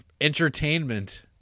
Entertainment